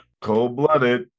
cold-blooded